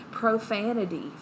Profanity